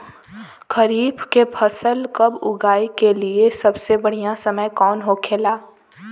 खरीफ की फसल कब उगाई के लिए सबसे बढ़ियां समय कौन हो खेला?